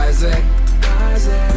Isaac